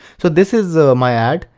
so this is my ad,